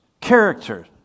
character